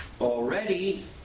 already